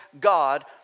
God